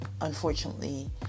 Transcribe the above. unfortunately